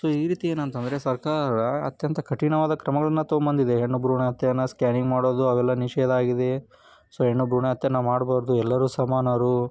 so ಈ ರೀತಿ ಏನಂತ ಅಂದ್ರೆ ಸರ್ಕಾರ ಅತ್ಯಂತ ಕಠಿಣವಾದ ಕ್ರಮವನ್ನು ತೊಗೊಂಡ್ಬಂದಿದೆ ಹೆಣ್ಣು ಭ್ರೂಣ ಹತ್ಯೆಯನ್ನು ಸ್ಕ್ಯಾನಿಂಗ್ ಮಾಡುವುದು ಅವೆಲ್ಲ ನಿಷೇಧ ಆಗಿದೆ ಸೊ ಹೆಣ್ಣು ಭ್ರೂಣ ಹತ್ಯೆನ ಮಾಡಬಾರ್ದು ಎಲ್ಲರೂ ಸಮಾನರು